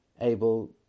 able